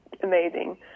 amazing